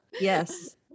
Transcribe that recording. Yes